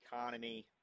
economy